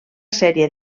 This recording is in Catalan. sèrie